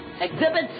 Exhibit